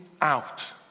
out